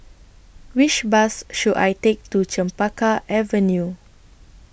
Which Bus should I Take to Chempaka Avenue